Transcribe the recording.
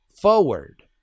forward